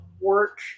work